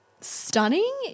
stunning